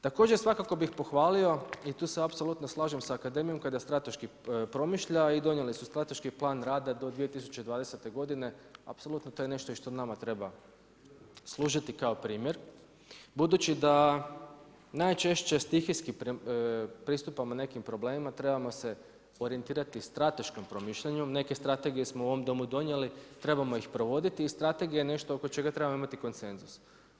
Također, svakako bi pohvalio i tu se apsolutno slažem sa akademijom kada strateški promišlja i donijeli su strateški Plan rada do 2020. godine, apsolutno to je nešto što i nama treba služiti kao primjer, budući da najčešće stihijski pristupamo nekim problemima, trebamo se orijentirati strateškom promišljanju, neke strategije smo u ovom Domu donijeli, trebamo ih provoditi i strategija nešto oko čega trebamo imati konsenzus.